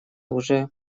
уже